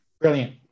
Brilliant